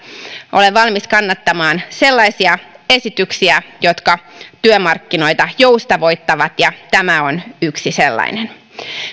olen valmis kannattamaan sellaisia esityksiä jotka työmarkkinoita joustavoittavat ja tämä on yksi sellainen